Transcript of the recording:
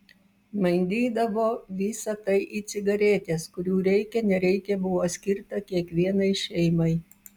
mainydavo visa tai į cigaretes kurių reikia nereikia buvo skirta kiekvienai šeimai